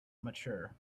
mature